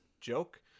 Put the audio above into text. joke